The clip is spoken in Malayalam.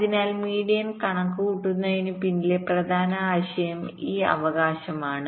അതിനാൽ മീഡിയൻ കണക്കുകൂട്ടുന്നതിനു പിന്നിലെ പ്രധാന ആശയം ഈ അവകാശമാണ്